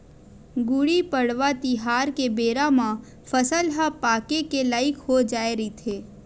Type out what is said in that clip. गुड़ी पड़वा तिहार के बेरा म फसल ह पाके के लइक हो जाए रहिथे